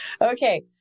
Okay